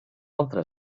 altra